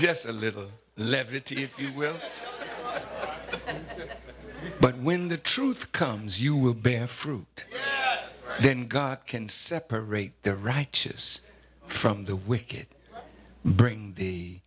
yes a little levity if you will but when the truth comes you will bear fruit then god can separate the righteous from the wicked bring the